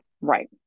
Right